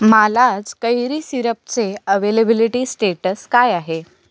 मालाज कैरी सिरपचे availability status काय आहे